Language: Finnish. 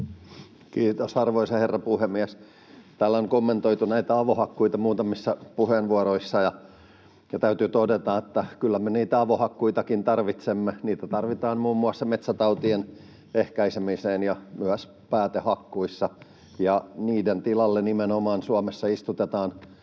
Kiitos, arvoisa herra puhemies! Täällä on kommentoitu näitä avohakkuita muutamissa puheenvuoroissa, ja täytyy todeta, että kyllä me niitä avohakkuitakin tarvitsemme. Niitä tarvitaan muun muassa metsätautien ehkäisemiseen ja myös päätehakkuissa, ja nimenomaan niiden tilalle Suomessa istutetaan